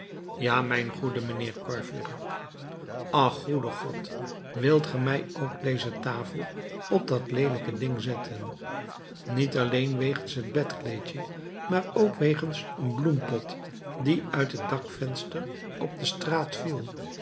ja mijn goede mijnheer courfeyrac ach goede god wilt ge mij ook deze tafel op dat leelijke ding zetten niet alleen wegens het bedkleedje maar ook wegens een bloempot die uit het dakvenster op de straat viel